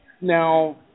Now